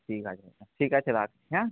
ঠিক আছে দাদা ঠিক আছে রাখছি হ্যাঁ